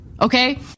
Okay